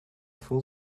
full